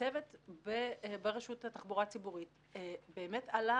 הצוות ברשות לתחבורה ציבורית באמת עלה